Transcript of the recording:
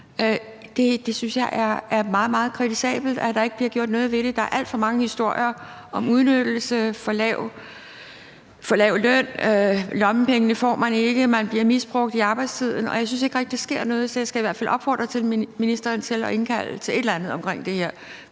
det er meget, meget kritisabelt, at der ikke bliver gjort noget ved det. Der er alt for mange historier om udnyttelse, for lav løn, at man ikke får lommepengene, at man bliver misbrugt i arbejdstiden, og jeg synes ikke rigtig, der sker noget. Så jeg skal i hvert fald opfordre ministeren til at indkalde til et eller andet om det her,